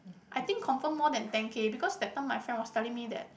I think confirm more than ten K because that time my friend was telling that